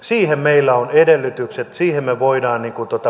siihen meillä on edellytykset siihen me voimme puuttua